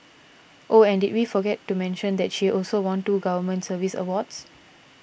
oh and did we forget to mention that she also won two government service awards